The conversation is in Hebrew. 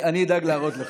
אני אדאג להראות לך,